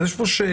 אז יש פה שאלה,